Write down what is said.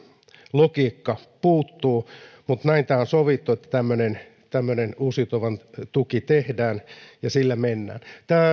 logiikka puuttuu mutta näin tämä on sovittu että tämmöinen tämmöinen uusiutuvan tuki tehdään ja sillä mennään